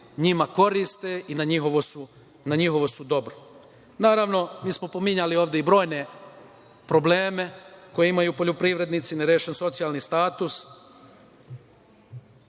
njima koristi i za njihovo su dobro. Naravno, mi smo ovde pominjali i brojne probleme koje imaju poljoprivrednici, nerešen socijalni status,